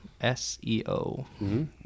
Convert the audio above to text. SEO